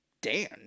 Dan